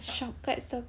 shortcut